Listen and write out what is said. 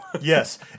Yes